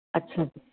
ਅੱਛਾ ਜੀ